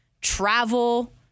travel